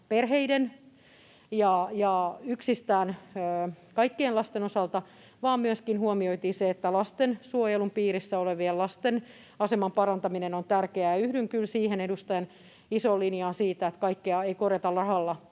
perheiden ja yksistään kaikkien lasten osalta, vaan huomioitiin myöskin se, että lastensuojelun piirissä olevien lasten aseman parantaminen on tärkeää. Yhdyn kyllä siihen edustajan isoon linjaan, että kaikkea ei korjata rahalla.